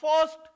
first